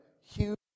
huge